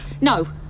No